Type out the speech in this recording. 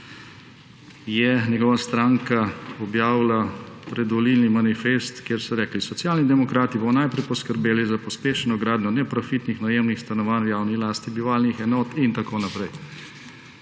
je njegova stranka objavila predvolilni manifest, kjer so rekli, da Socialni demokrati bomo najprej poskrbeli za pospešeno gradnjo neprofitnih najemnih stanovanj v javni lasti, bivalnih enot in tako naprej.